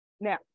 Now